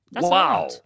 Wow